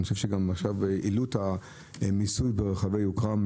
אני חושב שהעלו עכשיו את המיסוי ברכבי יוקרה.